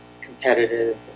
competitive